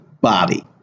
body